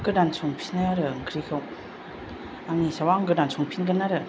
गोदान संफिनो आरो ओंख्रिखौ आंनि हिसाबाव आं गोदान संफिनगोन आरो